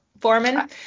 Foreman